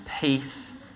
peace